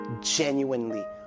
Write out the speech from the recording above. genuinely